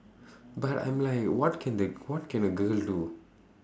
but I'm like what can the what can a girl do